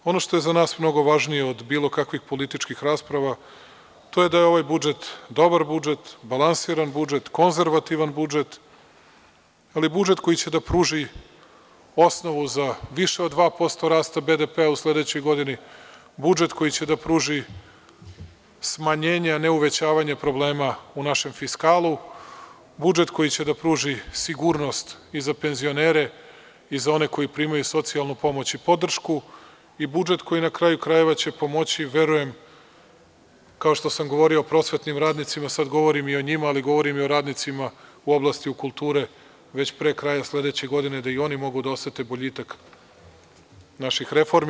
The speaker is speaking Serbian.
Ono što je za nas mnogo važnije od bilo kakvih političkih rasprava, to je da je ovaj budžet dobar budžet, balansiran budžet, konzervativan budžet, ali budžet koji će da pruži osnovu za više od 2% rasta BDP u sledećoj godini, budžet koji će da pruži smanjenje, a ne uvećavanje problema u našem fiskalu, budžet koji će da pruži sigurnost i za penzionere i za one koji primaju socijalnu pomoć i podršku i budžet koji na kraju krajeva će pomoći, verujem kao što sam govorio prosvetnim radnicima, sada govorim i o njima, ali govorim i o radnicima u oblasti kulture, već pre kraja sledeće godine da i oni mogu da osete boljitak naših reformi.